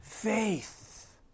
faith